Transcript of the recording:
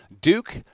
Duke